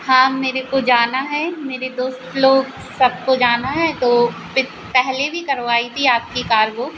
हाँ मेरे को जाना है मेरे दोस्त लोग सबको जाना है तो पिक पहले भी करवाई थी आपकी कार बुक